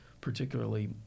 particularly